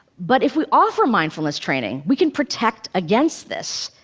but if we offer mindfulness training, we can protect against this.